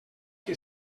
que